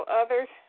others